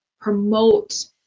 promote